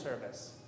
service